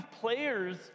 players